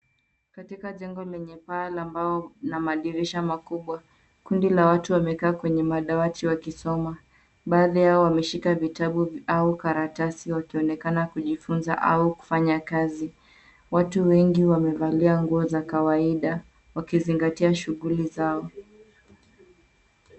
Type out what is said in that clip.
Katika jengo lenye paa la mbao na madirisha makubwa, kundi la watu wamekaa kwenye madawati wakisoma. Baadhi yao wameshika vitabu au karatasi, wakionekana kujifunza au kufanya kazi. Watu wengi wamevalia nguo za kawaida, wakizingatia shughuli zao.